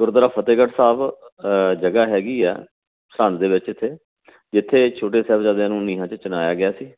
ਗੁਰਦੁਆਰਾ ਫਤਿਹਗੜ੍ਹ ਸਾਹਿਬ ਜਗ੍ਹਾ ਹੈਗੀ ਹੈ ਸਰਹੰਦ ਦੇ ਵਿੱਚ ਇੱਥੇ ਜਿੱਥੇ ਛੋਟੇ ਸਾਹਿਬਜ਼ਾਦਿਆਂ ਨੂੰ ਨੀਹਾਂ 'ਚ ਚਿਣਾਇਆ ਗਿਆ ਸੀ